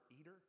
eater